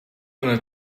gonna